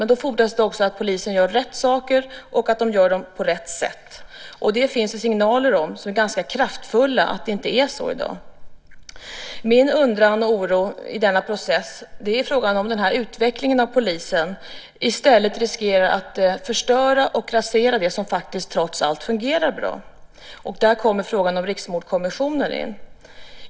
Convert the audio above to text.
Men det fordras också att polisen gör rätt saker och att den gör det på rätt sätt. Det finns ganska kraftfulla signaler om att det inte är så i dag. Min undran och oro i denna process gäller om utvecklingen inom polisen i stället riskerar att förstöra och rasera det som trots allt fungerar bra. Där kommer frågan om Riksmordkommissionen in.